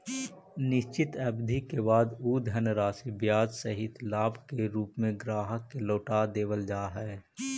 निश्चित अवधि के बाद उ धनराशि ब्याज सहित लाभ के रूप में ग्राहक के लौटा देवल जा हई